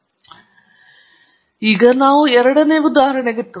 ಹಾಗಾದರೆ ಆದ್ದರಿಂದ ನಾವು ಎರಡನೇ ಉದಾಹರಣೆಗೆ ಹೋಗೋಣ